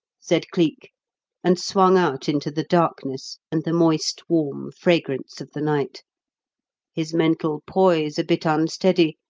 said cleek and swung out into the darkness and the moist, warm fragrance of the night his mental poise a bit unsteady,